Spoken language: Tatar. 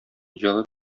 җылы